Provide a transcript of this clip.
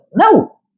No